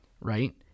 right